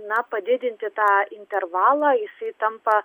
na padidinti tą intervalą jisai tampa